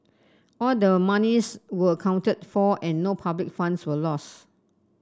all the monies were accounted for and no public funds were lost